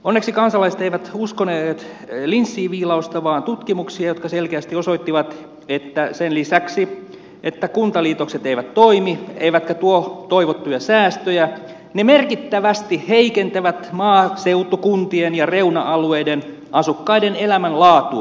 onneksi kansalaiset eivät uskoneet linssiin viilausta vaan tutkimuksia jotka selkeästi osoittivat että sen lisäksi että kuntaliitokset eivät toimi eivätkä tuo toivottuja säästöjä ne merkittävästi heikentävät maaseutukuntien ja reuna alueiden asukkaiden elämänlaatua